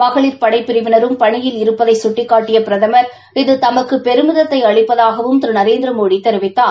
மகளிர் படைப் பிரிவினரும் பணியில் இருப்பதை சுட்டிக்காட்டிய பிரதமர் இது தமக்கு பெருமிதத்தை அளிப்பதாகவும் திரு நரேந்திரமோடி தெரிவித்தார்